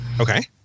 Okay